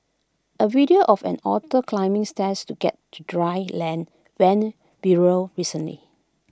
A video of an otter climbing stairs to get to dry land went viral recently